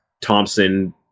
Thompson